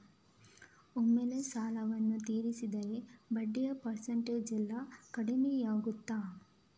ಒಮ್ಮೆಲೇ ಸಾಲವನ್ನು ತೀರಿಸಿದರೆ ಬಡ್ಡಿಯ ಪರ್ಸೆಂಟೇಜ್ನಲ್ಲಿ ಕಡಿಮೆಯಾಗುತ್ತಾ?